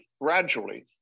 gradually